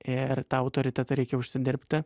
ir tą autoritetą reikia užsidirbti